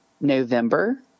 November